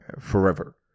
forever